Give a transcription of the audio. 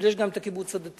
אבל יש גם הקיבוץ הדתי